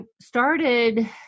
started